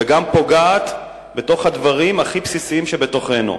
והיא גם פוגעת בדברים הכי בסיסיים שבתוכנו.